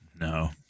No